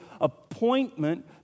appointment